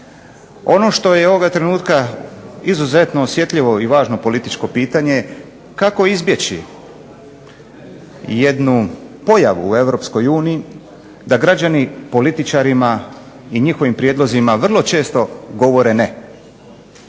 Ono što je ovog trenutka izuzetno osjetljivo i važno političko pitanje kako izbjeći jednu pojavu u EU da građani političarima i njihovim prijedlozima vrlo često govore ne.